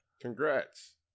congrats